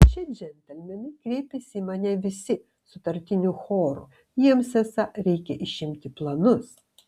šie džentelmenai kreipėsi į mane visi sutartiniu choru jiems esą reikia išimti planus